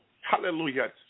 Hallelujah